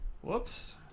Whoops